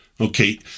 Okay